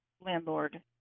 landlord